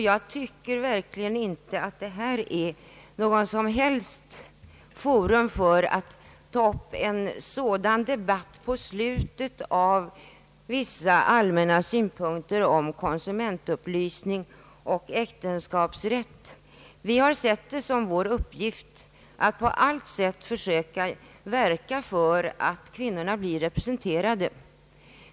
Jag tycker verkligen inte att detta är något lämpligt forum för att ta upp en sådan debatt på slutet av vissa allmänna synpunkter om konsumentupplysning och äktenskapsrätt. Vi har sett det som vår uppgift att på allt sätt försöka verka för att kvinnorna blir representerade.